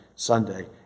sunday